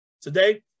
today